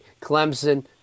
Clemson